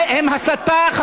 הם הסתה.